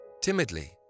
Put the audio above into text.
Timidly